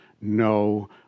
no